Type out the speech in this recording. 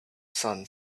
son